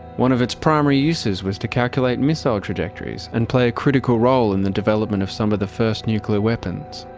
one of its primary uses was to calculate missile trajectories and play a critical role in the development of some of the first nuclear weapons,